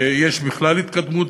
יש בכלל התקדמות